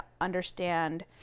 understand